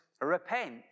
repent